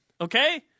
Okay